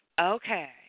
Okay